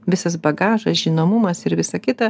visas bagažas žinomumas ir visa kita